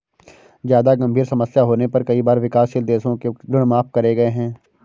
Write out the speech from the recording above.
जादा गंभीर समस्या होने पर कई बार विकासशील देशों के ऋण माफ करे गए हैं